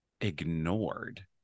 ignored